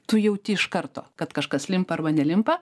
tu jauti iš karto kad kažkas limpa arba nelimpa